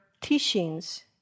teachings